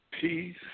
Peace